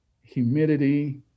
humidity